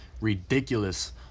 ridiculous